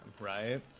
right